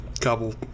couple